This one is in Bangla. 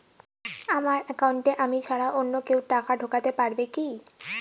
আমার একাউন্টে আমি ছাড়া অন্য কেউ টাকা ঢোকাতে পারবে কি?